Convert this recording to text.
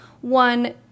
one